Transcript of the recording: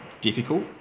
difficult